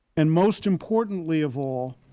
and most importantly of all,